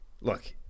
look –